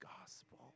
gospel